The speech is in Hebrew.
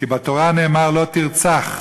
כי בתורה נאמר "לא תרצח".